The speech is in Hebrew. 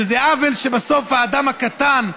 שזה עוול שבסוף האדם הקטן,